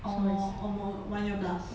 oh almost one year plus